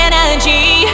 energy